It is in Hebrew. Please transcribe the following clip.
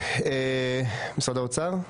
משרד האוצר?